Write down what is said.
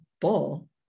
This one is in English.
bull